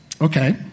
Okay